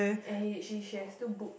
and he she she has two book